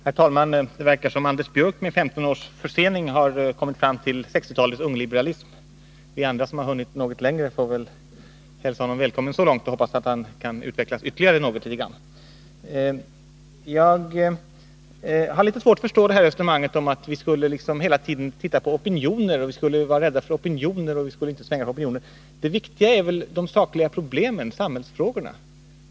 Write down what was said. Herr talman! Det verkar som om Anders Björck med 15 års försening nu har kommit fram till 1960-talets ungliberalism. Vi andra, som har hunnit något längre, får väl hälsa honom välkommen så långt och hoppas att han kan utvecklas ytterligare något litet grand. Jag har litet svårt att förstå att vi hela tiden skulle titta på opinioner och att vi skulle vara rädda för dem och svänga med dem. Det viktiga är väl de sakliga problemen, samhällsfrågorna.